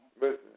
Listen